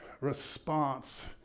response